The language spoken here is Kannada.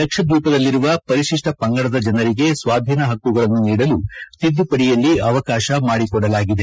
ಲಕ್ಷಧ್ನೀಪದಲ್ಲಿರುವ ಪರಿಶಿಷ್ಟ ಪಂಗಡದ ಜನರಿಗೆ ಸ್ನಾಧೀನ ಹಕ್ಷುಗಳನ್ನು ನೀಡಲು ತಿದ್ಲುಪಡಿಯಲ್ಲಿ ಅವಕಾಶ ಮಾಡಿಕೊಡಲಾಗಿದೆ